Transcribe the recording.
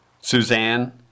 Suzanne